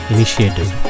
Initiative